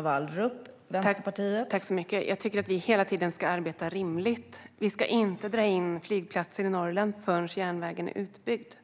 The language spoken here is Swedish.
Fru talman! Jag tycker att vi hela tiden ska arbeta rimligt. Vi ska inte dra in flygplatser i Norrland förrän järnvägen är utbyggd.